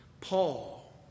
Paul